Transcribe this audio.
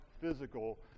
physical